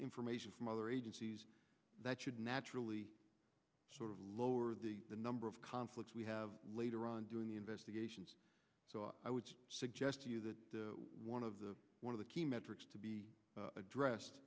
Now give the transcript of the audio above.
information from other agencies that should naturally sort of lower the number of conflicts we have later on during the investigation so i would suggest to you that one of the one of the key metrics to be addressed